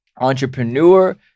entrepreneur